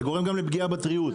זה גורם גם לפגיעה בטריות.